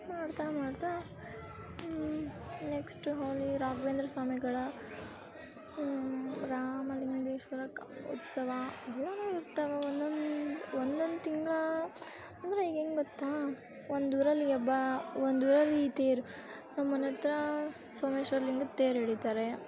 ಮಾಡ್ತಾ ಮಾಡ್ತಾ ನೆಕ್ಸ್ಟ್ ಹೋಳಿ ರಾಘವೇಂದ್ರ ಸ್ವಾಮಿಗಳ ರಾಮಲಿಂಗೇಶ್ವರ ಉತ್ಸವ ಏನೇನೋ ಇರ್ತವೆ ಒಂದೊಂದು ಒಂದೊಂದು ತಿಂಗ್ಳು ಅಂದರೆ ಈಗ ಹೆಂಗ್ ಗೊತ್ತಾ ಒಂದೂರಲ್ಲಿ ಯಬ್ಬಾ ಒಂದೂರಲ್ಲಿ ಈ ತೇರು ನಮ್ಮ ಮನೆ ಹತ್ರ ಸೋಮೇಶ್ವರ ಲಿಂಗದ ತೇರು ಎಳೀತಾರೆ